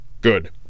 Good